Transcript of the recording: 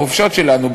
החופשות שלנו,